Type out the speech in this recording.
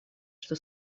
что